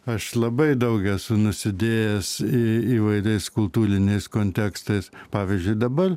aš labai daug esu nusidėjęs į įvairiais kultūriniais kontekstais pavyzdžiui dabar